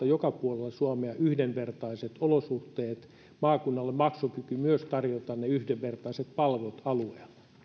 joka puolella suomea yhdenvertaiset olosuhteet maakunnalle maksukyky tarjota myös yhdenvertaiset palvelut alueella